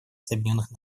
объединенных